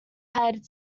had